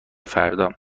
فردا